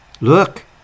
Look